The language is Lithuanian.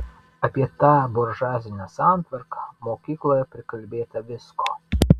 apie tą buržuazinę santvarką mokykloje prikalbėta visko